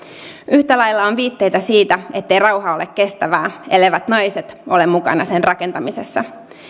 yhtä lailla on viitteitä siitä ettei rauha ole kestävää elleivät naiset ole mukana sen rakentamisessa